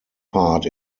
part